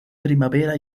primavera